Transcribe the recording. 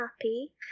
happy